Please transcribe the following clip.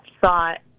thought